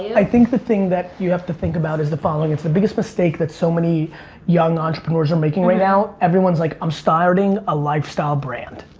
i think the thing that you have to think about is the following. it's the biggest mistake that so many young entrepreneurs are making right now. everyone's like i'm starting a lifestyle brand.